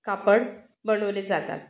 कापड बनवले जातात